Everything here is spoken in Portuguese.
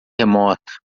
remoto